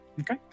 Okay